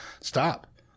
stop